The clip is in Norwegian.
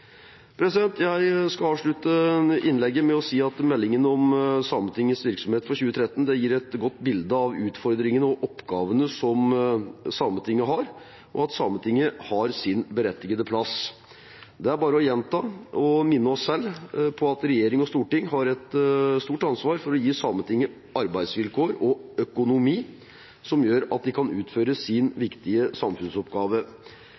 Jeg skal avslutte innlegget med å si at meldingen om Sametingets virksomhet for 2013 gir et godt bilde av utfordringene og oppgavene som Sametinget har, og at Sametinget har sin berettigede plass. Det er bare å gjenta, og minne oss selv på, at regjering og storting har et stort ansvar for å gi Sametinget arbeidsvilkår og økonomi som gjør at de kan utføre sin